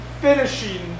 finishing